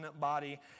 body